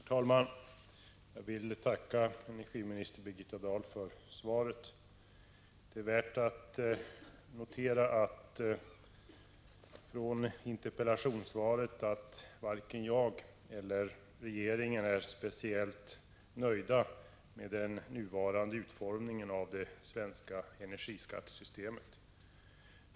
Herr talman! Jag vill tacka energiminister Birgitta Dahl för svaret. Det är värt att notera från interpellationssvaret att varken jag eller regeringen är speciellt nöjd med den nuvarande utformningen av det svenska energiskattesystemet.